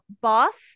boss